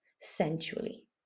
sensually